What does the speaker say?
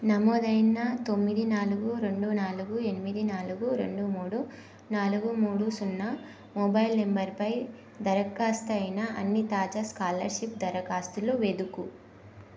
నమోదైన తొమ్మిది నాలుగు రెండు నాలుగు ఎనిమిది నాలుగు రెండు మూడు నాలుగు మూడు సున్నా మొబైల్ నంబరుపై దరఖాస్తయిన అన్ని తాజా స్కాలర్షిప్ దరఖాస్తులు వెదుకు